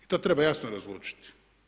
I to treba jasno razlučiti.